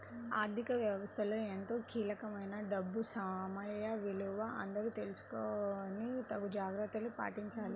ఆర్ధిక వ్యవస్థలో ఎంతో కీలకమైన డబ్బు సమయ విలువ అందరూ తెలుసుకొని తగు జాగర్తలు పాటించాలి